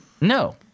No